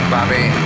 Bobby